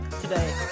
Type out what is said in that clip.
today